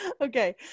Okay